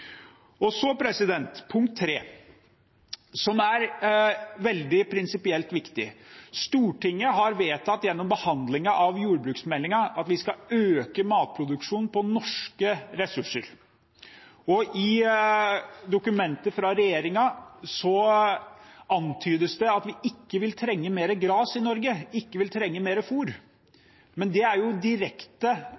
Så til den tredje grunnen, som er prinsipielt veldig viktig. Stortinget har gjennom behandlingen av jordbruksmeldingen vedtatt at vi skal øke matproduksjonen på norske ressurser. I dokumentet fra regjeringen antydes det at vi ikke vil trenge mer gress i Norge, at vi ikke vil trenge